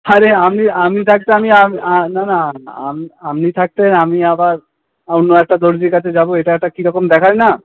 আরে আপনি আপনি থাকতে আমি আমি নানা আপনি থাকতে আমি আবার অন্য একটা দর্জির কাছে যাব এটা একটা কি রকম দেখায় না